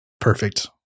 Perfect